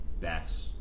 best